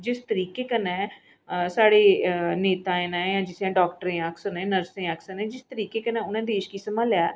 जिस तरीके कन्नै साढ़े नेताएं डाॅक्टरें आक्खी सकने नर्सें आक्खी सकनें जिस तरीके कन्नै उ'नें देश गी सम्भालेआ ऐ